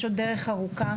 יש עוד דרך ארוכה,